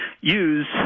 use